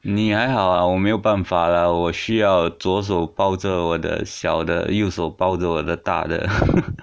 你还好啊我没有办法啦我需要左手抱着我的小的右抱着我的大的